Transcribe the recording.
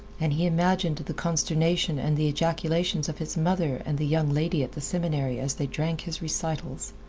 and he imagined the consternation and the ejaculations of his mother and the young lady at the seminary as they drank his recitals.